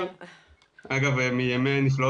מיקי.